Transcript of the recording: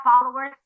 followers